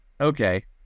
okay